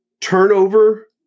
Turnover